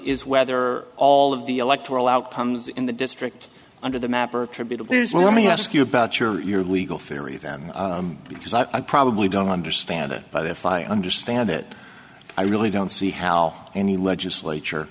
is whether all of the electoral outcomes in the district under the map are attributable is let me ask you about your legal theory then because i probably don't understand it but if i understand it i really don't see how any legislature